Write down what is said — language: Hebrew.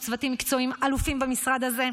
יש צוותים מקצועיים אלופים במשרד הזה,